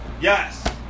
yes